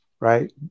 right